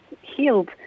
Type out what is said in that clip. healed